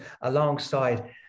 alongside